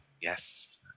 yes